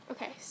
Okay